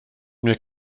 mir